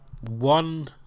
One